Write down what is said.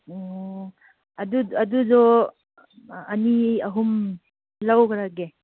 ꯑꯣ ꯑꯗꯨꯗꯣ ꯑꯅꯤ ꯑꯍꯨꯝ ꯂꯧꯈ꯭ꯔꯒꯦ